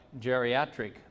geriatric